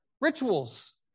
rituals